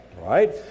right